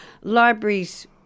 libraries